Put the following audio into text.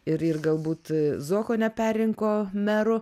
ir ir galbūt zuoko neperrinko meru